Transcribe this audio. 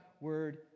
word